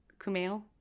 Kumail